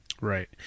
Right